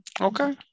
Okay